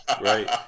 Right